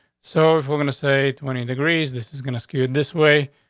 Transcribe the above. so if we're gonna say twenty degrees, this is gonna screw it this way.